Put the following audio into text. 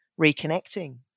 reconnecting